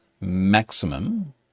maximum